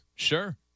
Sure